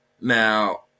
Now